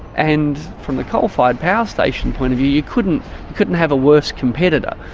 and from the coal-fired power station point of view you couldn't couldn't have a worse competitor,